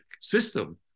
system